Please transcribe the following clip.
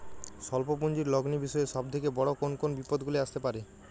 স্বল্প পুঁজির লগ্নি বিষয়ে সব থেকে বড় কোন কোন বিপদগুলি আসতে পারে?